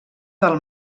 del